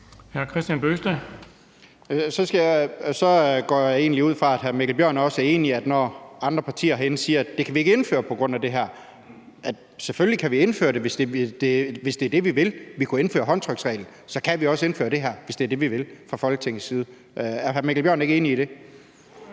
Så går jeg egentlig ud fra, at hr. Mikkel Bjørn også er enig, når andre partier herinde siger, at det kan vi ikke indføre på grund af det her. Selvfølgelig kan vi indføre det, hvis det er det, vi vil. Vi kunne indføre håndtryksreglen. Så kan vi også indføre det her, hvis det er det, vi vil fra Folketingets side. Er hr. Mikkel Bjørn ikke enig i det? Kl.